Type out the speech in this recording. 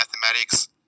mathematics